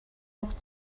noch